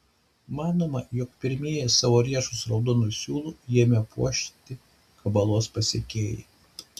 manoma jog pirmieji savo riešus raudonu siūlu ėmė puošti kabalos pasekėjai